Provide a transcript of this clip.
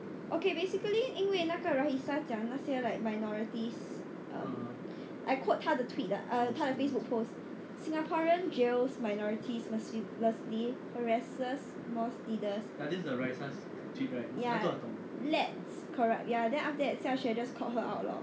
okay basically 因为那个 raeesah 讲那些 like minorities I quote 她 to tweet ah 他的 facebook post singaporean jails minorities mercilessly harasses mosque leaders ya let's corrupt ya then after that xiaxue just called her out lor